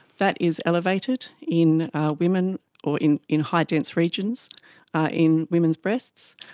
that is elevated in women or in in high dense regions in women's breasts.